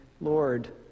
Lord